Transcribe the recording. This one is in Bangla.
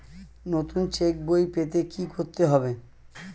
নতুন চেক বই পেতে কী করতে হবে?